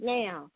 now